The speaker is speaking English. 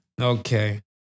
Okay